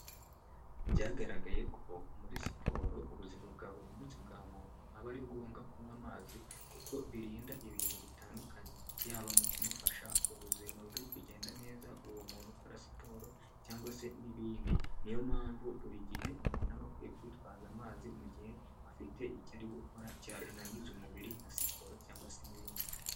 Byagaragaye ko muri siporo ubuzima bwa buri munsi bwa muntu aba ari ngombwa kunywa amazi, kuko birinda ibintu bitandukanye, yaba mu kumufasha ubuzima bwe kugenda neza uwo muntu ukora siporo, cyangwa se n'ibindi, niyo mpamvu buri gihe umuntu aba akwiye kwitwaza amazi mu gihe afite icyo ari gukora cyinaniza umubiri nka siporo, cyangwa se n'ibindi.